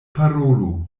parolu